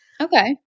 Okay